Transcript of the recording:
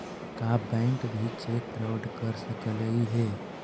का बैंक भी cheque fraud कर सकलई हे?